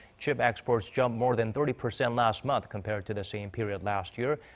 chip exports jumped more than thirty percent last month compared to the same period last year.